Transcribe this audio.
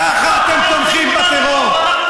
ככה אתם תומכים בטרור,